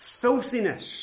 filthiness